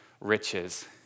riches